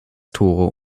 tore